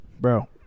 Bro